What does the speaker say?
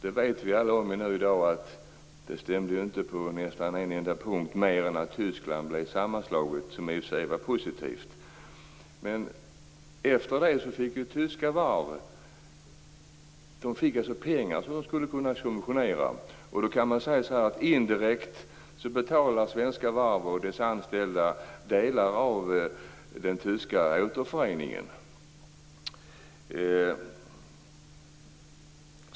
Det vet vi alla i dag inte stämde på nästan en enda punkt, mer än att Tyskland blev sammanslaget, vilket i och för sig var positivt. Men efter detta fick tyska varv pengar till subventioner. Indirekt kan man säga att svenska varv och deras anställda betalar delar av den tyska återföreningen.